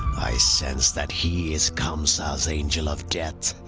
i sense that he is kamsa's angel of death.